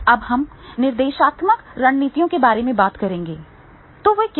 अब हम निर्देशात्मक रणनीतियों के बारे में बात करेंगे कि वे क्या हैं